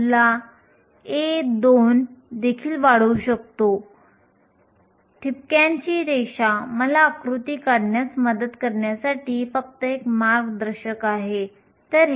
तर हे सेन्सर आहेत ज्यांना ऊर्जा विखुरणारे क्ष किरण विश्लेषण म्हणतात